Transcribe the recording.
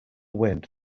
wind